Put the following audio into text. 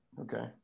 okay